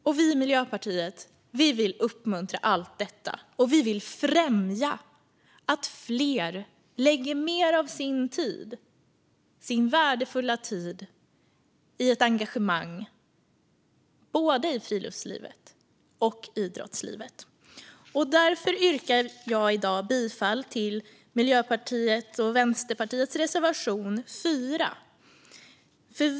Vi i Miljöpartiet vill uppmuntra allt detta, och vi vill främja att fler lägger mer av sin tid - sin värdefulla tid - på ett engagemang både i friluftslivet och i idrottslivet. Därför yrkar jag i dag bifall till Miljöpartiets och Vänsterpartiets reservation 4.